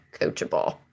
coachable